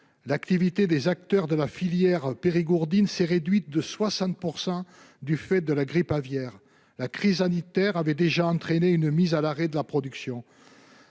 L'activité des acteurs de la filière périgourdine a été réduite de 60 % du fait de la grippe aviaire, alors que la crise sanitaire avait déjà entraîné une mise à l'arrêt de la production.